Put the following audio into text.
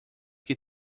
que